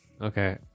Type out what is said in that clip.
Okay